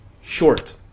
short